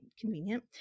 convenient